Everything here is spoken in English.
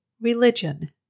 Religion